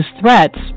threats